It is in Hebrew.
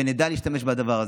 נדע להשתמש בדבר הזה,